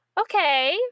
Okay